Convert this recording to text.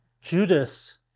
Judas